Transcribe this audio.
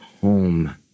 home